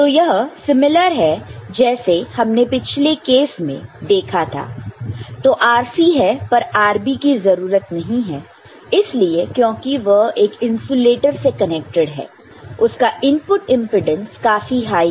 तो यह सिमिलर है जैसे हमने पिछले केस में देखा था तो RC है पर RB की जरूरत नहीं है इसलिए क्योंकि वह एक इंसुलेटर से कनेक्टड है उसका इनपुट इंपेडेंस काफी हाई है